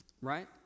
right